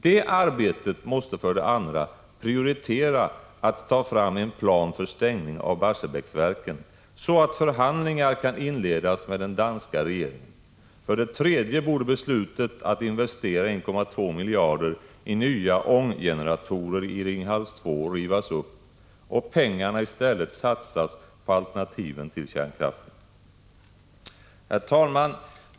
Det arbetet måste, för det andra, prioritera framtagandet av en plan för stängning av Barsebäcksverken, så att förhandlingar kan inledas med den danska regeringen. För det tredje borde beslutet att investera 1,2 miljarder i nya ånggeneratorer i Ringhals 2 rivas upp och pengarna i stället satsas på alternativen till kärnkraften. Herr talman!